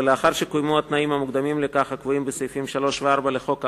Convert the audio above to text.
ולאחר שקוימו התנאים המוקדמים לכך הקבועים בסעיפים 3 ו-4 לחוק האמור,